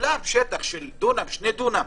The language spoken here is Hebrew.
שטח של דונם, שני דונם.